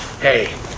Hey